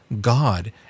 God